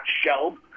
shelled